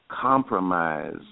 compromise